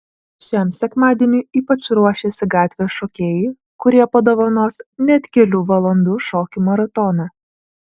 šiam sekmadieniui ypač ruošiasi gatvės šokėjai kurie padovanos net kelių valandų šokių maratoną